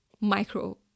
micro